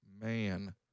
Man